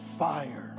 fire